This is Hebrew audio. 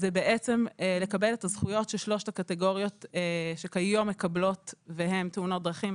זה לקבל את הזכויות ששלושת הקטיגוריות שכיום מקבלות והן תאונות דרכים,